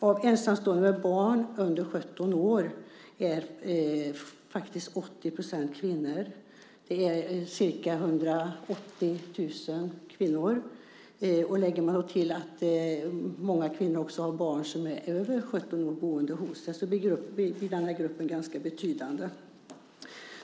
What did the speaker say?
Av ensamstående med barn under 17 år är faktiskt 80 % kvinnor. Det är ca 180 000 kvinnor. Om man då lägger till att många kvinnor också har barn som är över 17 år boende hos sig så blir denna grupp ganska betydande.